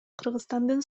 кыргызстандын